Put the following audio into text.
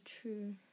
true